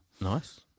nice